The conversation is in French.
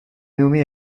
nommé